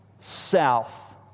south